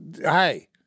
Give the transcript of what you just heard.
hey